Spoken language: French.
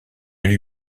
lui